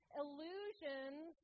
illusions